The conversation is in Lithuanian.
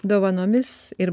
dovanomis ir